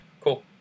Cool